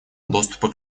доступа